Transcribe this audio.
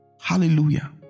Hallelujah